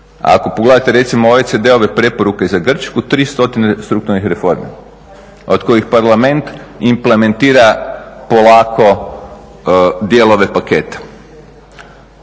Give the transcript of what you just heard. Ako pogledate recimo OECD-ove preporuke za Grčku 300 strukturnih reformi od kojih Parlament implementira polako dijelove paketa.